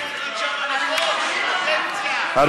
לתיקון פקודת מס הכנסה (מוסד הפועל לטובת מדינת ישראל),